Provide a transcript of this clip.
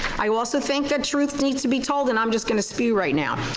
i also think that truth needs to be told and i'm just gonna spew right now.